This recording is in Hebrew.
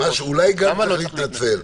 למה לא צריך להתנצל?